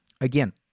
Again